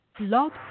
Log